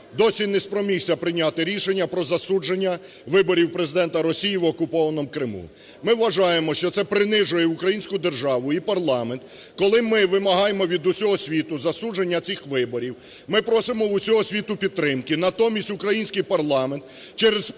досі не спромігся прийняти рішення про засудження виборів Президента Росії в окупованому Криму. Ми вважаємо, що це принижує українську державу і парламент. Коли ми вимагаємо від усього світу засудження цих виборів, ми просимо в усього світу підтримки, натомість, український парламент, через